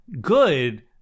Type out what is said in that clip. good